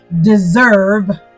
deserve